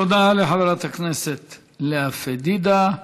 תודה לחברת הכנסת לאה פדידה.